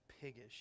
piggish